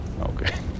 Okay